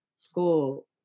school